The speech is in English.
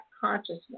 consciousness